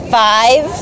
five